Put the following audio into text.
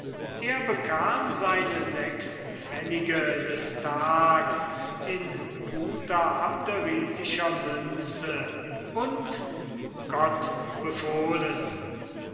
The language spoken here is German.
er bekam seine sechs pfennige des tags in guter abderitischer münze und gott befohlen